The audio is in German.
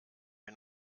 wir